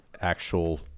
actual